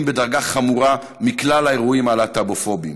בדרגה חמורה מכלל האירועים הלהט"בופוביים.